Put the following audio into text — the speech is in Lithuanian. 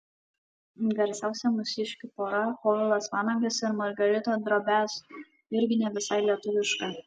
garsiausia mūsiškių pora povilas vanagas ir margarita drobiazko irgi ne visai lietuviška